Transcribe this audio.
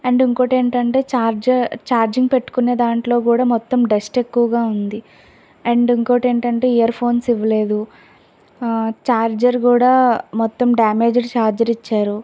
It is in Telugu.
అండ్ ఇంకోటేంటంటే చార్జ చార్జింగ్ పెట్టుకునే దాంట్లో కూడా మొత్తం డస్ట్ ఎక్కువగా ఉంది అండ్ ఇంకోటేంటంటే ఇయర్ ఫోన్స్ ఇవ్వలేదు చార్జర్ కూడా మొత్తం డ్యామేజ్డ్ చార్జర్ ఇచ్చారు